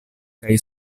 kaj